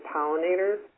Pollinators